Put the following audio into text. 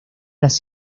las